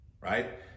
Right